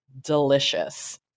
delicious